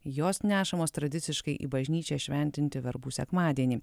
jos nešamos tradiciškai į bažnyčią šventinti verbų sekmadienį